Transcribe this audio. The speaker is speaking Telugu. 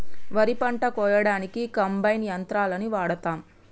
వరి పంట కోయడానికి కంబైన్ యంత్రాలని వాడతాం